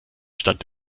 stand